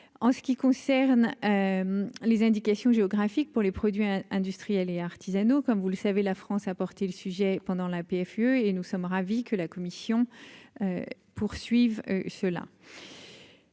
en ce qui concerne les indications géographiques pour les produits industriels et artisanaux comme vous le savez, la France a porter le sujet pendant la PFUE et nous sommes ravis que la commission poursuive ceux-là.